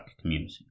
community